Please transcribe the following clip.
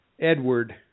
Edward